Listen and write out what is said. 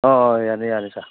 ꯑꯥ ꯑꯥ ꯌꯥꯅꯤ ꯌꯥꯅꯤ ꯁꯥꯔ